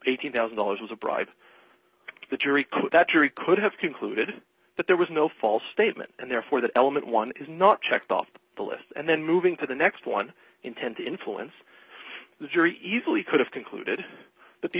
eighteen thousand dollars was a bribe the jury that jury could have concluded that there was no false statement and therefore that element one is not checked off the list and then moving to the next one intent to influence the jury even we could have concluded that the